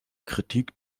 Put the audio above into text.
kritik